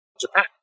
Japan